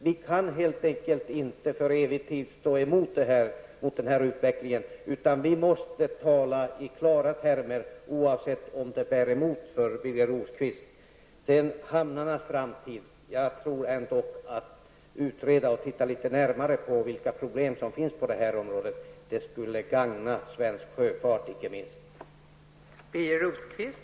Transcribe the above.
Vi kan helt enkelt inte för evig tid stå emot den här utvecklingen. Vi måste tala i klara termer oavsett om det bär emot för När det gäller hamnarnas framtid tror jag att det skulle gagna icke minst svensk sjöfart att utreda och titta litet närmare på vilka problem som finns på det här området.